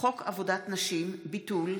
(חוק עבודת נשים) (ביטול),